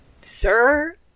sir